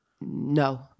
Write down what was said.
no